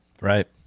Right